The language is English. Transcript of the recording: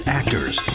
actors